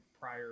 prior